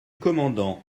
commandant